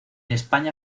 españa